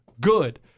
good